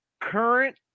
current